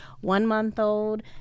one-month-old